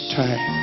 time